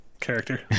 character